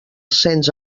cens